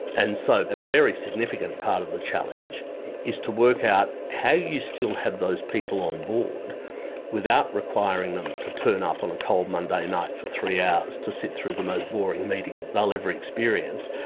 and so a very significant part of the challenge is to work out how you still have those people on board without requiring them to turn up on a cold monday night for three hours to sit through the most boring meeting ah they'll ever experience,